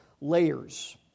layers